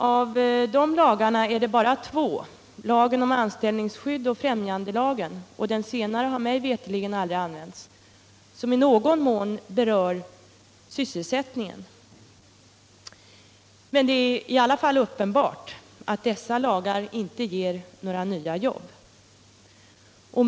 Av dem är det bara två, lagen om anställningsskydd och främjandelagen — den senare har mig veterligt aldrig använts — som i någon mån berör sysselsättningen. Det är i alla fall uppenbart att dessa lagar inte ger några nya jobb.